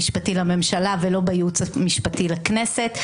המשפטי לממשלה ולא בייעוץ המשפטי לכנסת,